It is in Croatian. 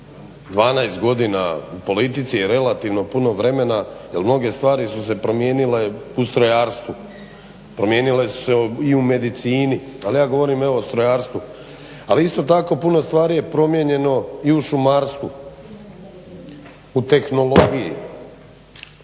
12 godina u politici je relativno puno vremena jer mnoge stvari su se promijenile u strojarstvu, promijenile su se i u medicini ali ja govorim o strojarstvu. Ali isto tako puno stvari je promijenjeno i u šumarstvu, u tehnologiji,